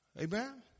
Amen